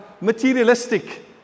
materialistic